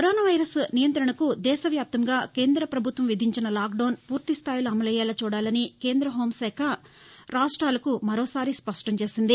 corona virus నియంత్రణకు దేశవ్యాప్తంగా కేంద్ర పభుత్వం విధించిన లాక్డౌన్ పూర్తిస్థాయిలో అమలయ్యేలా చూడాలని కేంద్ర హోంశాఖ రాష్ట్రాలకు మరోసారి స్పష్టం చేసింది